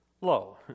low